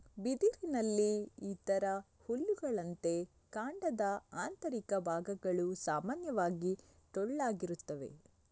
ಬಿದಿರಿನಲ್ಲಿ ಇತರ ಹುಲ್ಲುಗಳಂತೆ, ಕಾಂಡದ ಆಂತರಿಕ ಭಾಗಗಳು ಸಾಮಾನ್ಯವಾಗಿ ಟೊಳ್ಳಾಗಿರುತ್ತವೆ